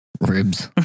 Ribs